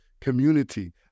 community